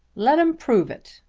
let em prove it.